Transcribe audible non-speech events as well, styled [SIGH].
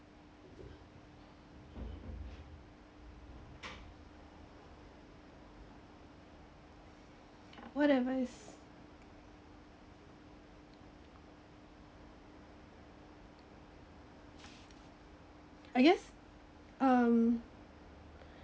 whatever is I guess um [BREATH]